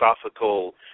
philosophical